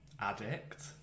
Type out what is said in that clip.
addict